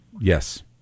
Yes